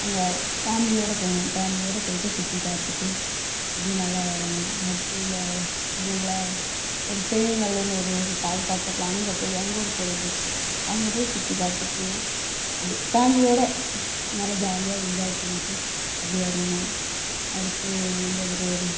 அங்கே ஃபேம்லியோடய போகணும் ஃபேம்லியோடய போய்ட்டு சுற்றிப்பாத்துட்டு இப்படி நல்லா வரணும் அடுத்து இந்த இந்த இதில் ஒரு சேயிங்கநால்லூருனு ஒரு ஊர் இருக்குது அது பக்கத்தில் அங்கே போய் அங்கே ஒரு கோயில் இருக்குது அங்கே போய் சுத்திப்பார்த்துட்டு அப்படி ஃபேம்லியோடய நல்ல ஜாலியாக என்ஜாய் பண்ணிட்டு அப்படி வரணும் அடுத்து இந்த ஒரு